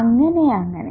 അങ്ങനെ അങ്ങനെ